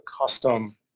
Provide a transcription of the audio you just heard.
custom